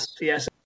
yes